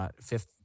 fifth